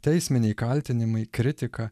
teisminiai kaltinimai kritika